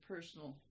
personal